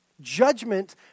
Judgment